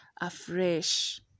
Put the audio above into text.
afresh